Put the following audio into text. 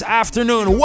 afternoon